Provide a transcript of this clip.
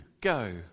Go